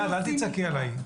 ליאת, אל תצעקי עליי.